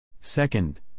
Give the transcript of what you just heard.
Second